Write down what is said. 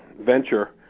venture